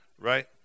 right